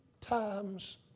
times